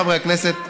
חברי הכנסת,